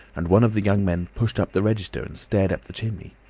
and one of the young men pushed up the register and stared up the chimney.